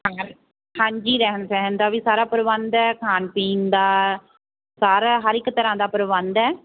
ਹਾਂਜੀ ਰਹਿਣ ਸਹਿਣ ਦਾ ਵੀ ਸਾਰਾ ਪ੍ਰਬੰਧ ਹੈ ਖਾਣ ਪੀਣ ਦਾ ਸਾਰਾ ਹਰ ਇੱਕ ਤਰ੍ਹਾਂ ਦਾ ਪ੍ਰਬੰਧ ਹੈ